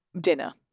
dinner